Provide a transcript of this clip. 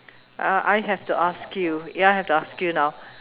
uh I have to ask you ya I have to ask you now